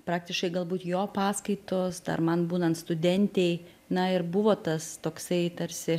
praktiškai galbūt jo paskaitos dar man būnant studentei na ir buvo tas toksai tarsi